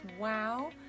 Wow